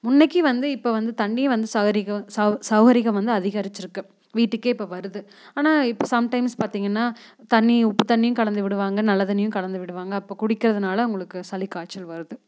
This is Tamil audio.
முன்னைக்கு வந்து இப்போ வந்து தண்ணி வந்து சவரீகம் சவ் சவுரீகம் வந்து அதிகரிச்சுருக்கு வீட்டுக்கே இப்போ வருது ஆனா இப்ப சம்டைம்ஸ் பார்த்தீங்கன்னா தண்ணி உப்பு தண்ணியும் கலந்து விடுவாங்க நல்ல தண்ணியும் கலந்து விடுவாங்க அப்போ குடிக்கிறதுனால் உங்களுக்கு சளி காய்ச்சல் வருது